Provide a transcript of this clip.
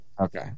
Okay